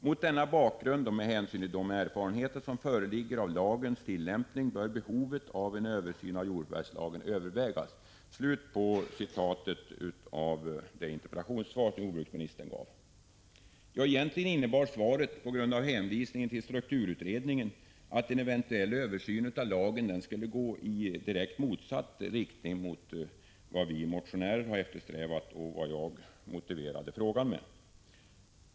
Mot denna bakgrund och med hänsyn till de erfarenheter som föreligger av lagens tillämpning bör behovet av en översyn av jordförvärvslagen övervägas.” Egentligen innebär svaret, på grund av hänvisningen till strukturutredningen, att översynen av lagen skulle genomföras i direkt motsatt riktning mot vad vi motionärer har eftersträvat och vad jag anfört i motiveringen för min interpellation.